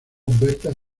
berta